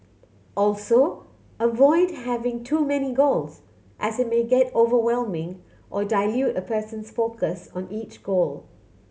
also avoid having too many goals as it may get overwhelming or dilute a person's focus on each goal